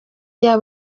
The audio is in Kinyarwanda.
iya